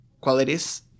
qualities